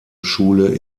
schule